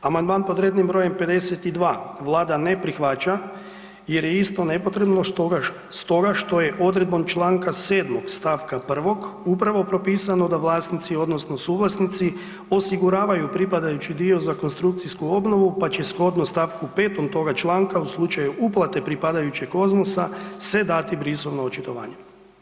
Amandmani pod rednim br. 52 Vlada ne prihvaća jer je isto nepotrebno stoga što je odredbom čl. 7. st. 1 upravo propisano da vlasnici odnosno suvlasnici osiguravaju pripadajući dio za konstrukcijsku obnovu pa će shodno st. 5. toga članka u slučaju uplate pripadajućeg ... se dati brisovno očitovanje.